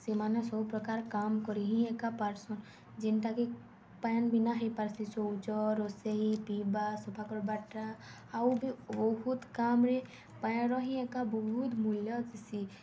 ସେମାନେ ସବୁ ପ୍ରକାର କାମ୍ କରି ହିଁ ଏକା ପାର୍ସନ୍ ଯେନ୍ଟାକି ପାଏନ୍ ବିନା ହେଇପାର୍ସି ଶୌଚ ରୋଷେଇ ପିଇବା ସଫାକର୍ବାଟା ଆଉ ବି ବହୁତ୍ କାମ୍ରେ ପାଏନ୍ର ହିଁ ଏକା ବହୁତ୍ ମୂଲ୍ୟ ଥିସି